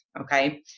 okay